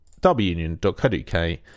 wunion.co.uk